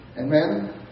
Amen